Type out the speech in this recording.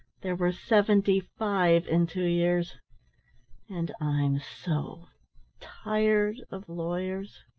there were seventy-five in two years and i'm so tired of lawyers.